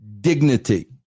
dignity